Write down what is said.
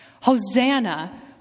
Hosanna